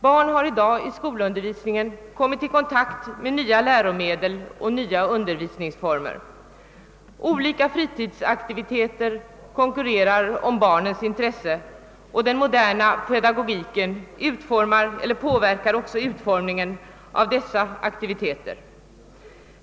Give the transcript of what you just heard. Barnen har i dag i skolundervisningen kommit i kontakt med nya läromedel och nya undervisningsformer. Olika fritidsaktiviteter konkurrerar om barnens intresse, och den moderna pedagogiken påverkar också utformningen av dessa aktiviteter.